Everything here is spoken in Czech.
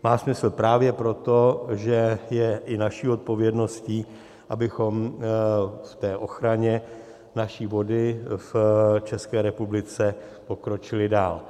Má smysl právě proto, že je i naší odpovědností, abychom v ochraně naší vody v České republice pokročili dál.